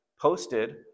posted